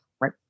Right